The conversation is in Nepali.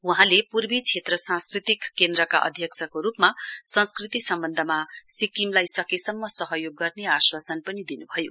वहाँले पूर्वी क्षेत्र सांस्कृतिक केन्द्रका अध्यक्षको रूपमा संस्कृति सम्बन्धमा सिक्किमलाई सकेसम्म सहयोग गर्ने आश्वासन पनि दिन् भयो